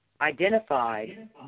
Identified